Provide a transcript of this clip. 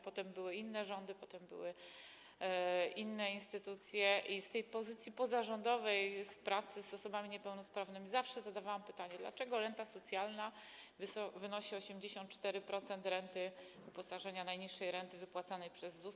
Potem były inne rządy, inne instytucje i z tej pozycji pozarządowej, w związku z pracą z osobami niepełnosprawnymi, zawsze zadawałam pytanie: Dlaczego renta socjalna wynosi 84% renty, uposażenia, najniższej renty wypłacanej przez ZUS?